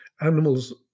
animals